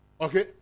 Okay